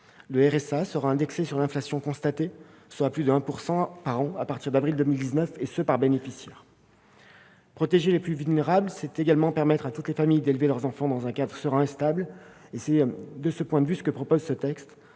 Le RSA sera indexé sur l'inflation constatée, soit plus de 1 % par an à partir d'avril 2019, et ce par bénéficiaire. Protéger les plus vulnérables, c'est également permettre à toutes les familles d'élever leurs enfants dans un cadre serein et stable. C'est ce que nous proposons dans ce texte.